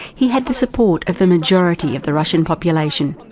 he had the support of the majority of the russian population.